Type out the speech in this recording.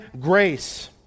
grace